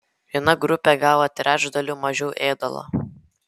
viena grupė gavo trečdaliu mažiau ėdalo